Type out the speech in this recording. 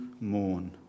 mourn